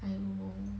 I don't know